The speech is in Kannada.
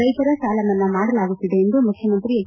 ರೈತರ ಸಾಲಮನ್ನಾ ಮಾಡಲಾಗುತ್ತಿದೆ ಎಂದು ಮುಖ್ಯಮಂತ್ರಿ ಎಚ್